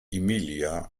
emilia